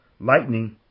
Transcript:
lightning